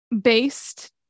based